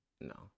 No